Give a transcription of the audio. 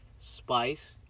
spice